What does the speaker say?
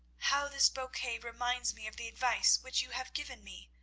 how this bouquet reminds me of the advice which you have given me.